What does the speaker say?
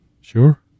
sure